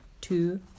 two